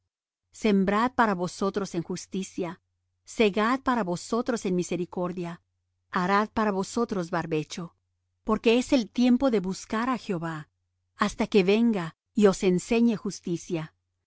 sembrad para vosotros en justicia segad para vosotros en misericordia arad para vosotros barbecho porque es el tiempo de buscar á jehová hasta que venga y os enseñe justicia